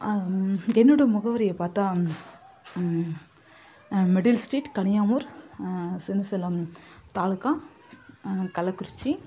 என்னோடய முகவரியைப் பார்த்தா மிடில் ஸ்ட்ரீட் கனியாமூர் சின்ன சேலம் தாலுகா கள்ளக்குறிச்சி